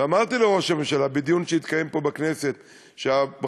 אמרתי לראש הממשלה בדיון שהתקיים פה בכנסת שהברכות